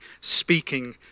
speaking